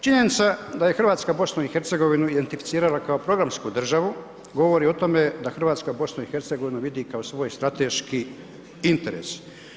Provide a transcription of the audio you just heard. Činjenica je Hrvatska BiH identificirala kao programsku državu, govori o tome da Hrvatska BiH vidi kao svoj strateški interes.